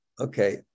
Okay